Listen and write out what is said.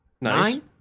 Nine